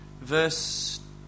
verse